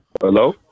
Hello